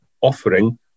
offering